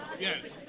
Yes